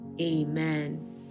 Amen